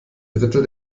drittel